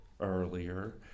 earlier